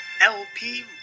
LP